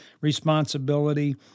responsibility